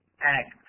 act